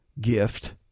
gift